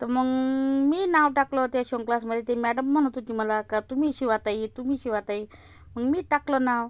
तर मग मीही नाव टाकलं त्या शिवणक्लासमध्ये ती मॅडम म्हणत होती मला का तुम्ही ही शिवा ताई तुम्हीही शिवा ताई मग मीही टाकलं नाव